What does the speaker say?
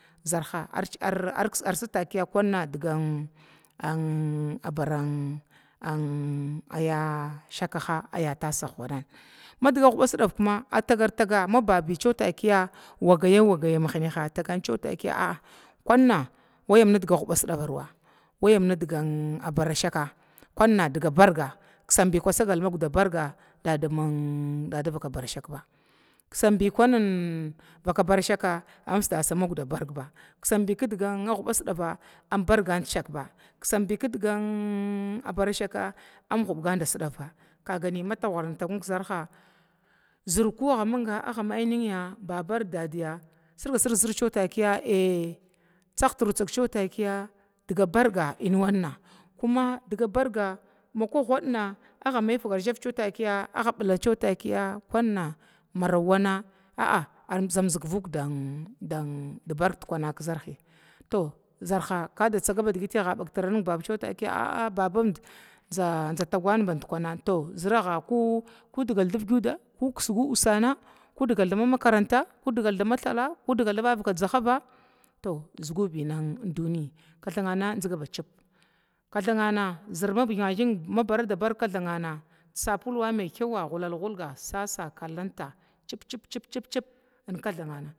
Zərha arsirgaka sirga takiya aun aun ya shakaha aya tasah baran madiga hubasidava mababi wagya-wag matakiya a'a kwana wayam diga daguba sidavarawa wayam diga barashaka arbarga sami kidga barga dada vakashaki kusambi kumin vakaba ka vaka barashaka, kusambi kidga bara shakabi kusarubi kidga barashaka ambargen disidavi tagghar takgnin kzərha maga min niya baba bar didaadiya sirgasir zər takiya əy tasgturu tsagnin takiya diga barga ənwanna makugudua agga maitakiya agga bukcewa takiya kunna maro wanne zamzig kivuk din barg dukaha kin zərh, to zərha magami nih baba takiya dzakagan bankuna ko digal dauguda ko digal da makaranta ko dama thala ko vavaka dzahava to zugubi duniyyi zinga ba cib kathagana magiga giga ka bara kathangana sabulu maro gulal gula libab kathan na chip chip.